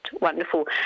wonderful